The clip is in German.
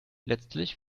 letztlich